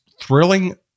thrilling